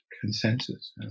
consensus